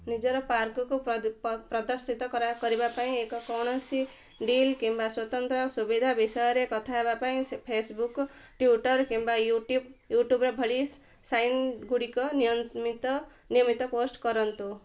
ନିଜ ପାର୍କକୁ ପ୍ରଦର୍ଶିତ କରିବା ପାଇଁ ଏବଂ କୌଣସି ଡିଲ୍ କିମ୍ବା ସ୍ୱତନ୍ତ୍ର ସୁବିଧା ବିଷୟରେ କଥା ହେବା ପାଇଁ ଫେସବୁକ୍ ଟ୍ୱିଟର୍ କିମ୍ବା ୟୁଟ୍ୟୁବ୍ ୟୁଟ୍ୟୁବ୍ ଭଳି ସାଇନ୍ ଗୁଡ଼ିକରେ ନିୟମିତ ନିୟମିତ ପୋଷ୍ଟ କରନ୍ତୁ